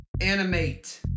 Animate